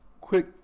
Quick